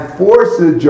forces